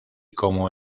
como